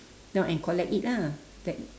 down and collect it ah that